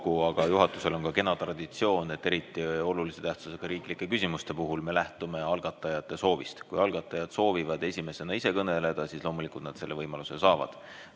aga juhatusel on ka kena traditsioon, et eriti just olulise tähtsusega riiklike küsimuste puhul me lähtume algatajate soovist. Kui algatajad soovivad esimesena ise kõneleda, siis loomulikult nad selle võimaluse saavad.